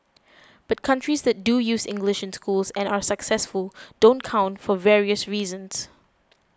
but countries that do use English in schools and are successful don't count for various reasons